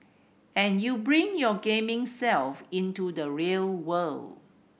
and you bring your gaming self into the real world